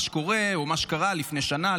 מה שקורה או מה שקרה לפני שנה,